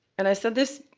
and i said this